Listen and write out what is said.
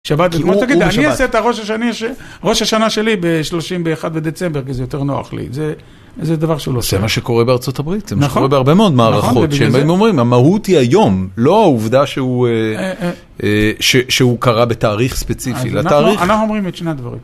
אני אעשה את הראש השנה שלי ב31 בדצמבר כי זה יותר נוח לי, זה דבר שהוא לא עושה. זה מה שקורה בארצות הברית, זה מה שקורה בהרבה מאוד מערכות שהם אומרים. המהות היא היום, לא העובדה שהוא קרה בתאריך ספציפי. אנחנו אומרים את שני הדברים.